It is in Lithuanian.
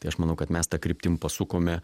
tai aš manau kad mes ta kryptim pasukome